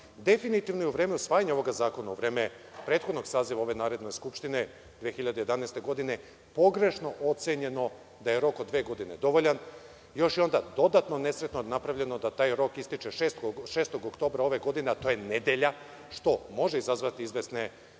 zakonom. Definitivno je u vreme usvajanja ovog zakona, u vreme prethodnog saziva ove Narodne skupštine 2011. godine pogrešno ocenjeno da je rok od dve godine dovoljan. Još je onda dodatno napravljeno da taj rok ističe 6. oktobra ove godine, a to je nedelja, što može izazvati izvesne